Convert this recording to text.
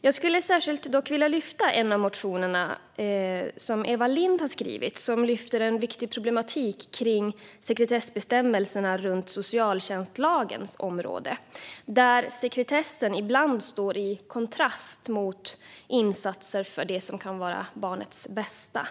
Jag vill dock lyfta fram särskilt en av motionerna, som Eva Lindh har skrivit. Hon lyfter upp en viktig problematik kring sekretessbestämmelserna runt socialtjänstlagens område. Där kan sekretessen ibland stå i kontrast till insatser som kan vara för barnets bästa.